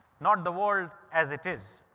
not the world as it is.